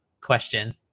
question